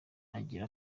agira